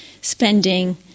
spending